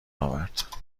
آورد